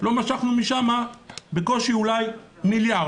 משכנו משם בקושי אולי מיליארד.